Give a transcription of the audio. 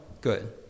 good